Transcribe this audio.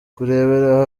kurebera